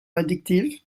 addictive